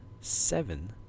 seven